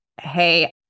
Hey